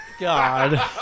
God